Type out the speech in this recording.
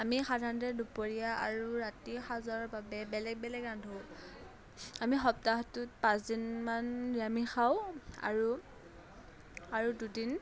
আমি সাধাৰণতে দুপৰীয়া আৰু ৰাতিৰ সাঁজৰ বাবে বেলেগ বেলেগ ৰান্ধোঁ আমি সপ্তাহটোত পাঁচদিনমান নিৰামিষ খাওঁ আৰু আৰু দুদিন